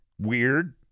weird